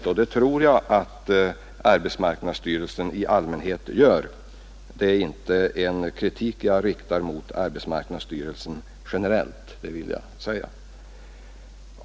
Det tror jag också att arbetsmarknadsstyrelsen i allmänhet gör — jag vill framhålla att jag inte riktar någon generell kritik mot arbetsmarknadsstyrelsen på denna punkt.